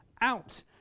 out